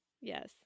Yes